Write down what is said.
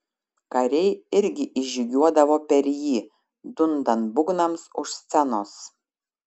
kariai irgi įžygiuodavo per jį dundant būgnams už scenos